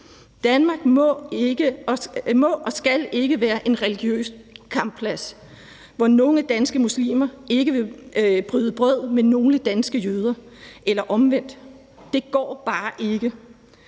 Danmark må og skal ikke være en religiøs kampplads, hvor nogle danske muslimer ikke vil bryde brødet med nogle danske jøder eller omvendt. Det går bare ikke.